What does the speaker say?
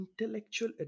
intellectual